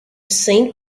saint